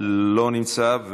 לא נמצא,